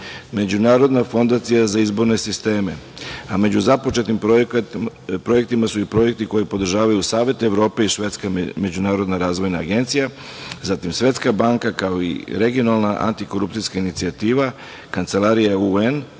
Međunarodna fondacija za izborne sisteme, a među započetim projektima su i projekti koje podržavaju Savet Evrope i Švedska međunarodna razvojna agencija, zatim Svetska banka, kao i Regionalna antikorupcijska inicijativa, Kancelarija UN